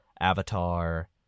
Avatar